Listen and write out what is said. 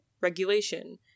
Regulation